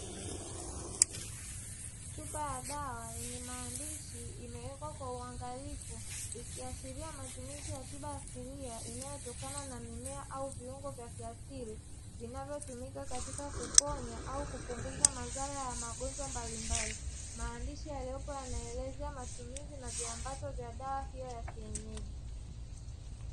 Chupa ya dawa yenye maandishi imewekwa kwa uangalifu, ikiashiria matumizi ya tiba asilia inayotokana na mimea au viungo vya kiasili, vinavyotumika katika kuponya au kupunguza madhara ya magonjwa mbalimbali. Maandishi yaliyopo yanaeleza matumizi na viambata vya dawa hiyo ya kienyeji.